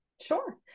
Sure